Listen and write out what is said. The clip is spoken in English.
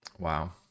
Wow